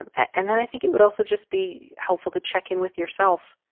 and and then i think it would also just be helpful to check in with yourself.